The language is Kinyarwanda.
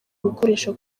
gukoresha